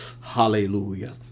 hallelujah